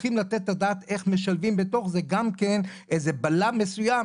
צריכים לתת את הדעת איך משלבים בתוך זה גם כן איזה בלם מסוים,